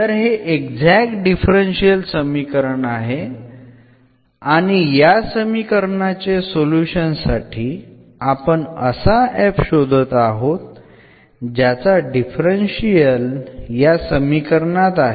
तर हे exact differential समीकरण आहे आणि या समीकरणाचे सोल्युशन साठी आपण असा f शोधात आहोत ज्याचा डिफरन्शियल या समीकरणात आहे